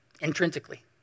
intrinsically